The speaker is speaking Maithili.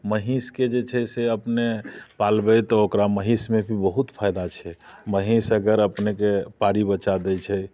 महींसके जे छै से अपने पालबै तऽ ओकरा महींसमे भी बहुत फायदा छै महींस अगर अपनेके पाड़ी बच्चा दै छै